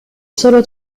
solo